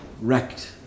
wrecked